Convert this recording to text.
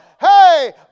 Hey